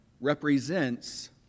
represents